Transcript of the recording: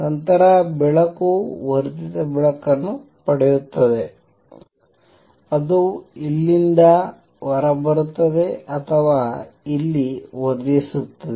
ನಂತರ ಬೆಳಕು ವರ್ಧಿತ ಬೆಳಕನ್ನು ಪಡೆಯುತ್ತದೆ ಅದು ಇಲ್ಲಿಂದ ಹೊರಬರುತ್ತದೆ ಅಥವಾ ಇಲ್ಲಿ ವರ್ಧಿಸುತ್ತದೆ